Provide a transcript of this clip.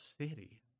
city